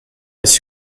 ist